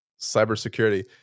Cybersecurity